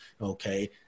Okay